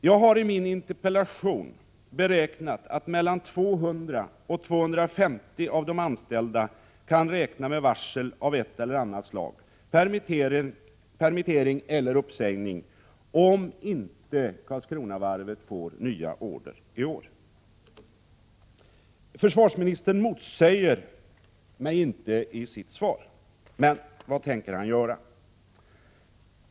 Jag har i min interpellation beräknat att 200-250 av de anställda kan räkna med varsel av ett eller annat slag — permittering eller uppsägning — om inte Karlskronavarvet får nya order i år. Försvarsministern motsäger mig inte i sitt svar. Men vad tänker han göra?